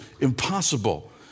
impossible